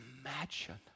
imagine